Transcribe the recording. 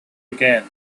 again